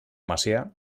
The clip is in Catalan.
macià